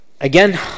Again